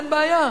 אין בעיה,